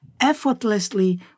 effortlessly